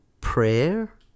prayer